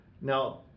now